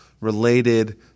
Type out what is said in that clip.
related